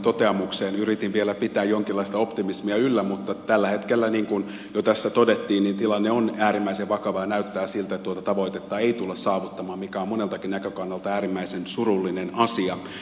yritin vielä pitää jonkinlaista optimismia yllä mutta tällä hetkellä niin kuin jo tässä todettiin tilanne on äärimmäisen vakava ja näyttää siltä että tuota tavoitetta ei tulla saavuttamaan mikä on moneltakin näkökannalta äärimmäisen surullinen asia